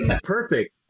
perfect